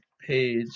page